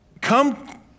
Come